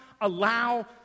allow